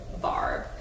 Barb